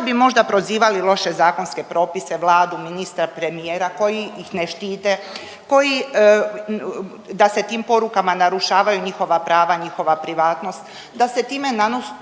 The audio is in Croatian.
da li bi možda prozivali loše zakonske propise, Vladu, ministra, premijera koji ih ne štite, koji, da se tim porukama narušavaju njihova prava i njihova privatnost, da se time